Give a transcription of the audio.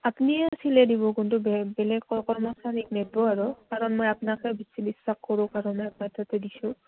আপুনিয়ে চিলাই দিব কিন্তু বেলেগ কৰ্মচাৰীক নেদব' আৰু কাৰণ মই আপোনাকে বিশ্বাস কৰোঁ কাৰণে আপোনাৰ তাতে দিছোঁ